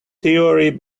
theory